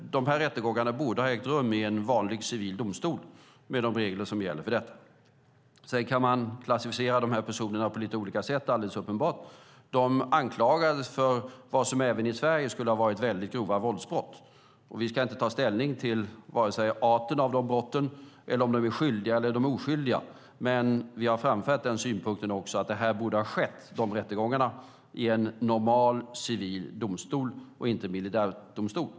Dessa rättegångar borde i stället ha ägt rum i en vanlig civil domstol, med de regler som gäller för detta. Sedan kan man alldeles uppenbart klassificera dessa personer på lite olika sätt. De anklagades för vad som även i Sverige skulle ha varit väldigt grova våldsbrott. Vi ska inte ta ställning till vare sig arten av brott eller om de är skyldiga eller oskyldiga, men vi har framfört synpunkten att rättegångarna borde ha skett i en normal civil domstol och inte i en militärdomstol.